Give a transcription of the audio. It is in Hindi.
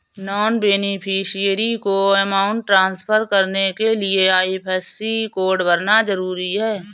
नॉन बेनिफिशियरी को अमाउंट ट्रांसफर करने के लिए आई.एफ.एस.सी कोड भरना जरूरी है